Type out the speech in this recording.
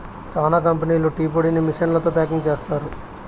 చానా కంపెనీలు టీ పొడిని మిషన్లతో ప్యాకింగ్ చేస్తారు